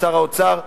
שר האוצר: